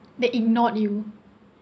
they ignored you